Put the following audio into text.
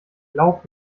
glaub